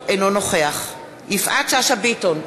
אינו נוכח יפעת שאשא ביטון,